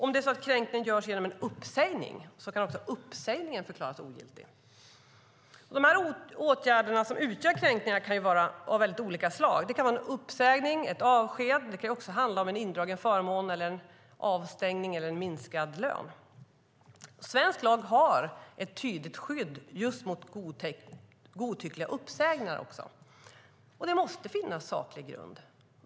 Om kränkningen görs genom en uppsägning kan uppsägningen förklaras ogiltig. De åtgärder som utgör kränkning kan vara av mycket olika slag. Det kan vara en uppsägning, ett avsked, men det kan också handla om en indragen förmån, avstängning eller minskad lön. Svensk lag har ett tydligt skydd just mot godtyckliga uppsägningar. Det måste finnas saklig grund.